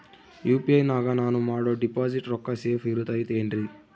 UPI ನಾಗ ನಾನು ಮಾಡೋ ಡಿಪಾಸಿಟ್ ರೊಕ್ಕ ಸೇಫ್ ಇರುತೈತೇನ್ರಿ?